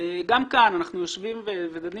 גם כאן אנחנו יושבים ודנים